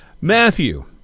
Matthew